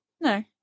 No